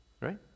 Right